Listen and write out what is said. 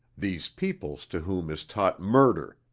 these peoples to whom is taught murder,